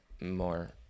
more